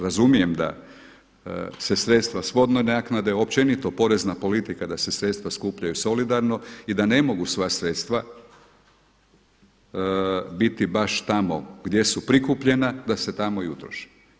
Razumijem da se sredstva s vodne naknade općenito porezna politika da se sredstva skupljaju solidarno i da ne mogu sva sredstva biti baš tamo gdje su prikupljena, da se tamo i utroše.